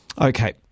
Okay